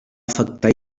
afectar